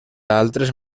altres